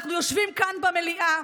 אנחנו יושבים כאן במליאה,